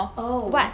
oh